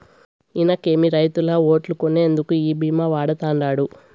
ఇనకేమి, రైతుల ఓట్లు కొనేందుకు ఈ భీమా వాడతండాడు